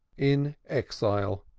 in exile,